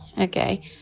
Okay